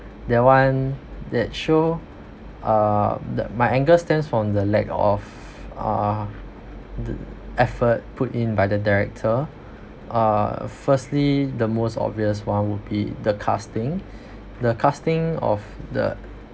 that one that show uh the my anger stems from the lack of uh th~ effort put in by the director err firstly the most obvious one would be the casting the casting of the